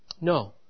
No